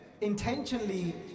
intentionally